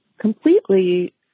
completely